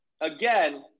again